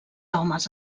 homes